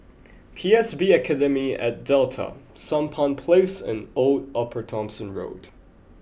P S B Academy at Delta Sampan Place and Old Upper Thomson Road